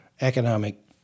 economic